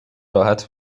راحت